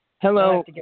Hello